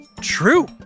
true